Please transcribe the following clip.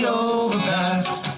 overpass